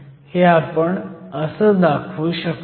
हे आपण असं दाखवू शकतो